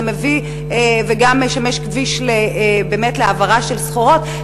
זה גם משמש כביש להעברה של סחורות,